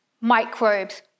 microbes